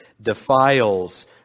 defiles